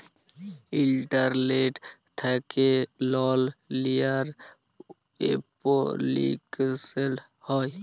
ইলটারলেট্ থ্যাকে লল লিয়ার এপলিকেশল হ্যয়